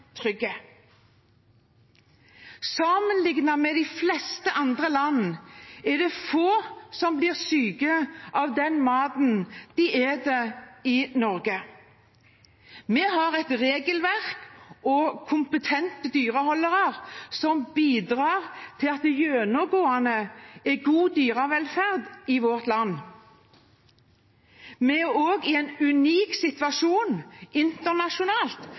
med de fleste andre land er det få som blir syke av den maten de spiser i Norge. Vi har et regelverk og kompetente dyreholdere som bidrar til at det gjennomgående er god dyrevelferd i vårt land. Vi er også i en unik situasjon internasjonalt